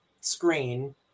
screen